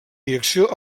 direcció